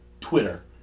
Twitter